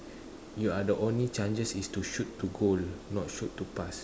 you are the only chances is to shoot to goal not shoot to pass